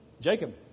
Jacob